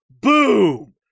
Boom